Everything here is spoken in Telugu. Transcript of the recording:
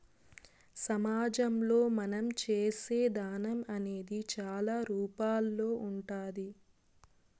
సమాజంలో మనం చేసే దానం అనేది చాలా రూపాల్లో ఉంటాది